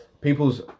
people's